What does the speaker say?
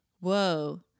Whoa